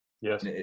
Yes